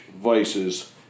vices